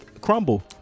crumble